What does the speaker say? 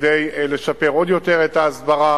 כדי לשפר עוד יותר את ההסברה.